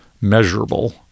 measurable